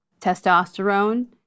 testosterone